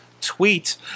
tweet